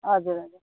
हजुर हजुर